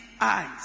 eyes